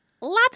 Lots